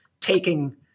taking